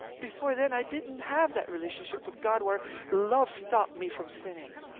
before then, i didn't have that relationship with god where love stopped me from sinning.